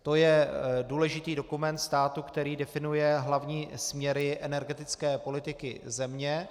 To je důležitý dokument státu, který definuje hlavní směry energetické politiky země.